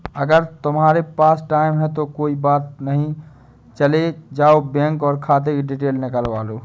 अगर तुम्हारे पास टाइम है तो कोई बात नहीं चले जाओ बैंक और खाते कि डिटेल निकलवा लो